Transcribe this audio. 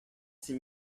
six